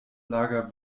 lager